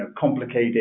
complicated